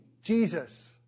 Jesus